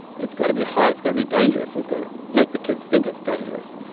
it's got to be high. it's got to be dangerous. it's got to make the kids think it's dangerous.